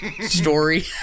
story